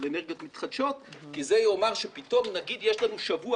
אנרגיות מתחדשות כי זה יאמר שפתאום נגיד יש לנו שבוע